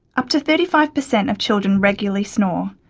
up to thirty five percent of children regularly snore.